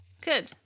Good